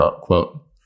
quote